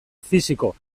fisiko